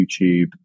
YouTube